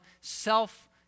self